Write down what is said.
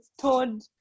told